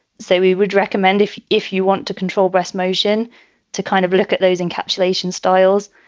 so we would recommend if if you want to control breast motion to kind of look at those encapsulation styles.